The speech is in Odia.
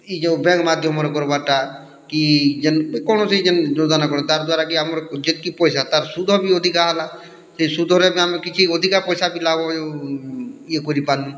ଇ ଯଉ ବ୍ୟାଙ୍କ୍ ମାଧ୍ୟମରେ କର୍ବାର୍ଟା କି ଯେନ୍ ଯେ କୌଣସି ଯେନ୍ ଯୋଜନା ତାର୍ଦ୍ଵାରା କି ଆମର୍ ଯେତ୍କି ପଇସା ତାର୍ ଶୁଦ୍ଧ ବି ଅଧିକା ହେଲା ସେ ଶୁଦ୍ଧରେ ବି ଆମେ କିଛି ଅଧିକା ପଇସା ଲାଭ ଇଏ କରିପାର୍ମୁ